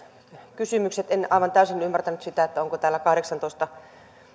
kysymykseen en aivan täysin ymmärtänyt sitä että onko täällä kahdeksantoista